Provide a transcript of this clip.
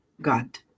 God